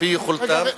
על-פי יכולתם